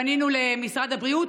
פנינו למשרד הבריאות,